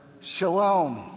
shalom